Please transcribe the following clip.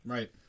Right